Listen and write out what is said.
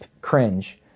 cringe